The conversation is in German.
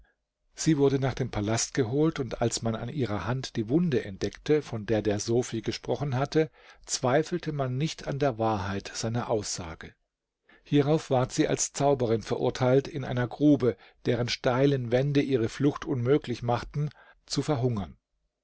sie wurde nach dem palast geholt und als man an ihrer hand die wunde entdeckte von der der sofi gesprochen hatte zweifelte man nicht an der wahrheit seiner aussage hierauf ward sie als zauberin verurteilt in einer grube deren steile wände ihre flucht unmöglich machten zu verhungern